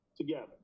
together